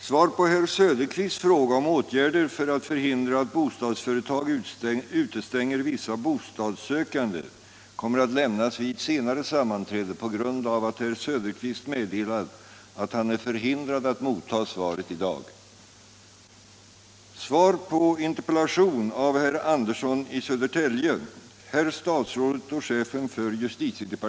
Svar på herr Söderqvists fråga om åtgärder för att förhindra att bostadsföretag utestänger vissa bostadssökande kommer att lämnas vid ett seriare sammanträde på grund av att herr Söderqvist meddelat att han är förhindrad att motta svaret i dag.